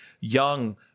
young